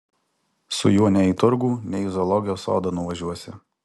su juo nei į turgų nei į zoologijos sodą nuvažiuosi